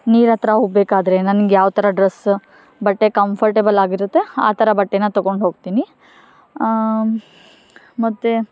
ನೀರ ಹತ್ರ ಹೋಗಬೇಕಾದ್ರೆ ನನ್ಗೆ ಯಾವ ಥರ ಡ್ರಸ್ ಬಟ್ಟೆ ಕಂಫರ್ಟೇಬಲ್ ಆಗಿರುತ್ತೆ ಆ ಥರ ಬಟ್ಟೆನ ತಗೊಂಡು ಹೋಗ್ತೀನಿ ಮತ್ತು